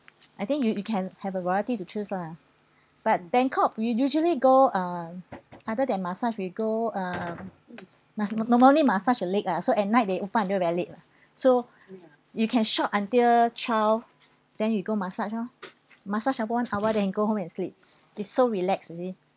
I think you you can have a variety to choose lah but bangkok we usually go uh other than massage we go um mas~ nor~ normally massage the leg lah so at night they open until very late lah so you can shop until twelve then you go massage orh massage of one hour then you go home and sleep it's so relax you see